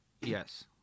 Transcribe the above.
Yes